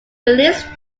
release